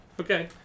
Okay